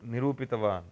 निरूपितवान्